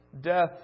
death